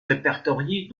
répertoriés